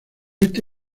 este